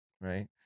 right